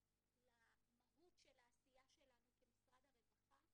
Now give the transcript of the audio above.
למהות של העשייה שלנו כמשרד הרווחה,